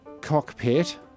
cockpit